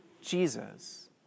Jesus